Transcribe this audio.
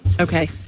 okay